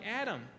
Adam